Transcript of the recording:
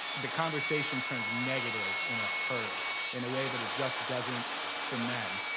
the conversation turns negative in a hurry in a way that it just doesn't for men.